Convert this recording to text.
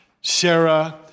Sarah